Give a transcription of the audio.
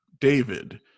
David